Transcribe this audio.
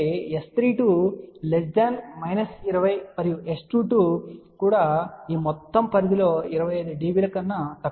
కాబట్టి S32 20 మరియు S22 కూడా ఈ మొత్తం పరిధిలో 25 dB కన్నా తక్కువ